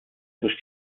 durch